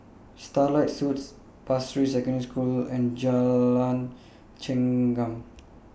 Starlight Suites Pasir Ris Secondary School and Jalan Chengam